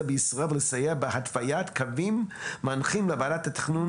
בישראל ולסייע בהתוויית קווים מנחים לוועדת התכנון